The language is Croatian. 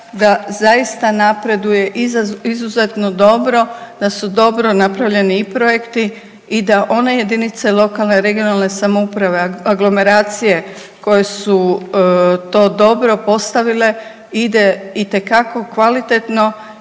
da zaista napreduje izuzetno dobro, da su dobro napravljeni i projekti i da one jedinice lokalne i regionalne samouprave, aglomeracije koje su to dobro postavile ide itekako kvalitetno